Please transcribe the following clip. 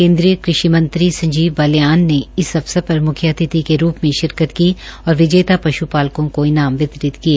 केन्द्रीय कृशि मंत्री संजीव बाल्यान ने इस अवसर पर मुख्य अतिथि के रूप में शिरकत की और विजेता पशि पालकों को इनाम वितरित किए